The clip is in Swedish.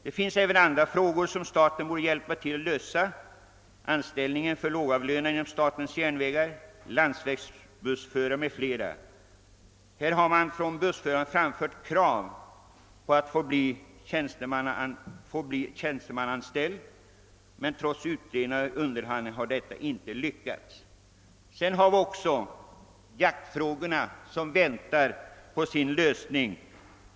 Det finns även andra frågor som staten bör hjälpa till att lösa: anställningen av lågavlönade inom SJ, av landsvägsbussförare etc. Bussförarna har framfört krav på att få bli tjänstemannaanställda, men trots utredningar och underhandlingar har de inte fått sina krav tillgodosedda. Jaktfrågorna väntar också på sin lösning.